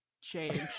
change